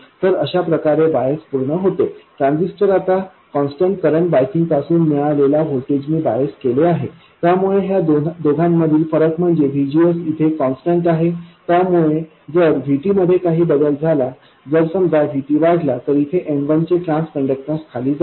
तर अशाप्रकारे बायस पूर्ण होते ट्रान्झिस्टर आता कॉन्स्टंट करंट बायसिंग पासून मिळालेल्या व्होल्टेज नी बायस केले आहे त्यामुळे ह्या दोघांमधील फरक म्हणजे VGS इथे कॉन्स्टंट आहे त्यामुळे जर VT मध्ये काही बदल झाला जर समजा VT वाढला तर इथे M1 चे ट्रान्स कंडक्टन्स खाली जाईल